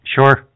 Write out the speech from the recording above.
Sure